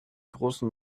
großen